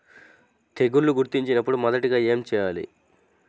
తెగుళ్లు గుర్తించినపుడు మొదటిగా ఏమి చేయాలి?